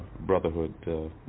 brotherhood